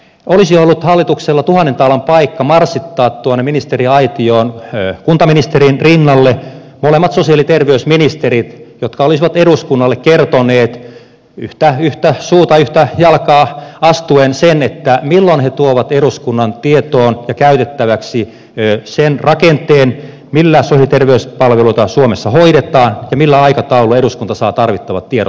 olisi ollut hallituksella tuhannen taalan paikka marssittaa ministeriaitioon kuntaministerin rinnalle molemmat sosiaali ja terveysministerit jotka olisivat eduskunnalle kertoneet yhtä suuta yhtä jalkaa astuen sen milloin he tuovat eduskunnan tietoon ja käytettäväksi sen rakenteen millä sosiaali ja terveyspalveluita suomessa hoidetaan ja millä aikataululla eduskunta saa tarvittavat tiedot